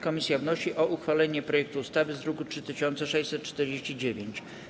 Komisja wnosi o uchwalenie projektu ustawy z druku nr 3649.